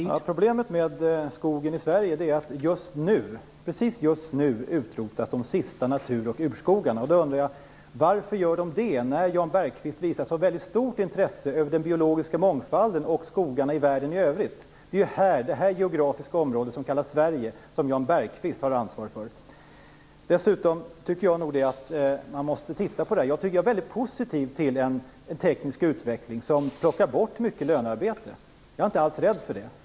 Herr talman! Problemet med skogen i Sverige är att just nu, precis just nu, utrotas de sista natur och urskogarna. Jag undrar: Varför gör de det, när Jan Bergqvist visar ett sådant stort intresse för den biologiska mångfalden och skogarna i världen i övrigt? Det är ju det geografiska område som kallas Sverige som Jan Bergqvist har ansvar för. Jag tycker att man måste se över detta. Jag är väldigt positiv till en teknisk utveckling som plockar bort mycket lönearbete. Jag är inte alls rädd för det.